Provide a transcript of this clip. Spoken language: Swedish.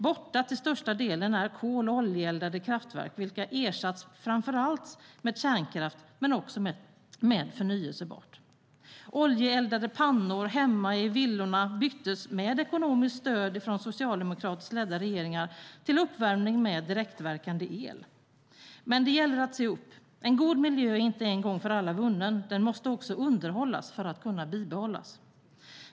Borta är till största delen kol och oljeeldade kraftverk, vilka ersatts framför allt med kärnkraft men också med förnybart. Oljeeldade pannor hemma i villorna byttes, med ekonomiskt stöd från socialdemokratiskt ledda regeringar, till uppvärmning med direktverkande el. Men det gäller att se upp. En god miljö är inte en gång för alla vunnen, utan den måste också underhållas för att kunna bibehållas.